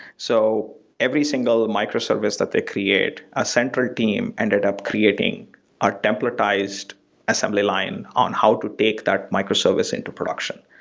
so every single micro-service that they create, a central team ended up creating a templatized assembly lines on how to take that micro-service into production.